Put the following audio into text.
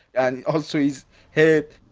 and also his head.